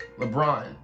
LeBron